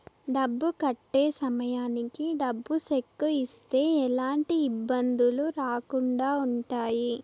డబ్బు కట్టే సమయానికి డబ్బు సెక్కు ఇస్తే ఎలాంటి ఇబ్బందులు రాకుండా ఉంటాయి